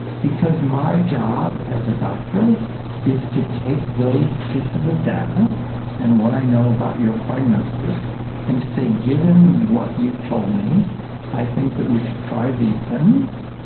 because my job as a doctor is to take those pieces of data and what i know about your prognosis and to say given what you've told me i think that we should try these things,